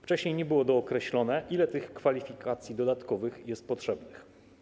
Wcześniej nie było dookreślone, ile tych kwalifikacji dodatkowych jest potrzebnych.